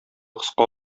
кыска